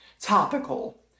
Topical